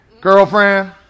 Girlfriend